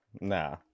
nah